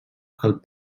alt